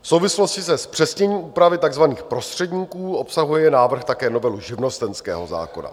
V souvislosti se zpřesněním úpravy takzvaných prostředníků obsahuje návrh také novelu živnostenského zákona.